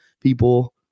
people